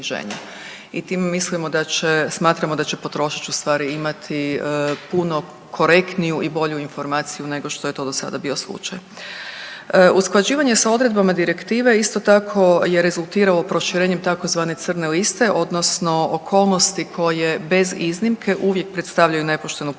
i time mislimo da će, smatramo da će potrošač ustvari imati puno korektniju i bolju informaciju nego što je to do sada bio slučaj. Usklađivanje sa odredbama Direktive, isto tako je rezultiralo proširenjem tzv. crne liste odnosno okolnosti koje bez iznimke uvijek predstavljaju nepoštenu poslovnu